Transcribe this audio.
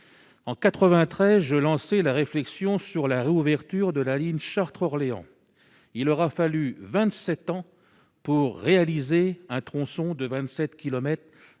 en 93, lancer la réflexion sur la réouverture de la ligne Chartres Orléans il aura fallu 27 ans pour réaliser un tronçon de 27 kilomètres